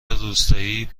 روستایی